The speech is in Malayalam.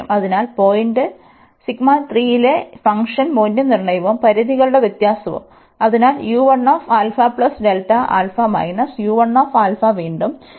അതിനാൽ പോയിന്റ്ലെ ഈ ഫംഗ്ഷൻ മൂല്യനിർണ്ണയവും പരിധികളുടെ വ്യത്യാസവും അതിനാൽ വീണ്ടും ഈ